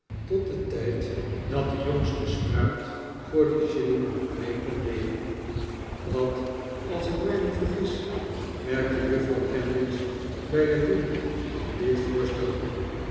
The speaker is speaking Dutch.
tot den tijd dat de jongste spruit voor dien shilling mee kon leeren wat als ik mij niet vergis merkte juffrouw kenwigs bij het doen van dit voorstel op